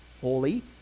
holy